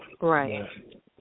right